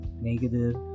negative